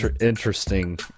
interesting